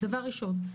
דבר ראשון.